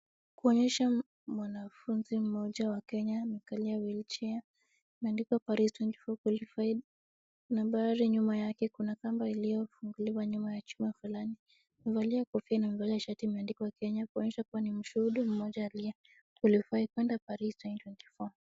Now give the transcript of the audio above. Kuonyesha mwanafunzi mmoja wa Kenya amekalia wheelchair imeandikwa "PARIS 2024 QUALIFIED". Nambari nyuma yake kuna kamba iliyofunguliwa nyuma ya chuma fulani, amevalia kofia na amevalia shati imeandikwa Kenya kuonyesha kuwa ni mshuhudu mmoja aliyequalify kuenda PARIS 2024 .